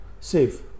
save